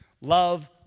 Love